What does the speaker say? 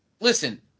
listen